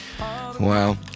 Wow